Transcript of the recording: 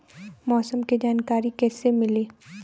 मौसम के जानकारी कैसे मिली?